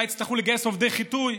אולי יצטרכו לגייס עובדי חיטוי.